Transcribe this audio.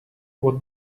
what